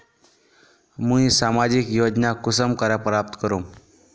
मुई सामाजिक योजना कुंसम करे प्राप्त करूम?